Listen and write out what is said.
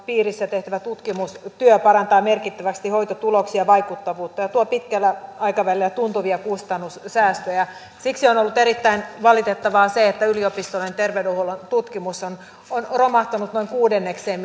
piirissä tehtävä tutkimustyö parantaa merkittävästi hoitotuloksia ja vaikuttavuutta ja tuo pitkällä aikavälillä tuntuvia kustannussäästöjä siksi on ollut erittäin valitettavaa se että yliopistojen terveydenhuollon tutkimus on on romahtanut noin kuudennekseen